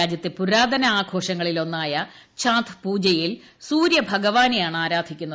രാജ്യത്തെ പുരാതന ആഘോഷങ്ങളിലൊന്നായ ഛാട്ട് പൂജയിൽ സൂര്യഭഗവാനെയാണ് ആരാധിക്കുന്നത്